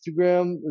Instagram